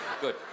Good